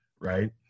right